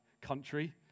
country